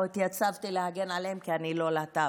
לא התייצבתי להגן עליהם כי אני לא להט"ב,